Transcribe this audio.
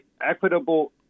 equitable